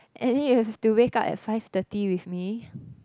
and then you have to wake up at five thirty with me